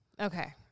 Okay